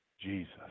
Jesus